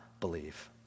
believe